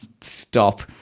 stop